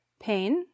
pain